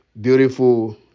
beautiful